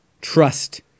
trust